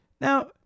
Now